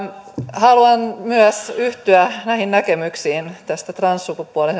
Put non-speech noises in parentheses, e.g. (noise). haluan myös yhtyä näihin näkemyksiin tästä transsukupuolen (unintelligible)